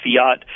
fiat